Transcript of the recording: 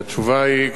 והתשובה היא,